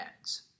ads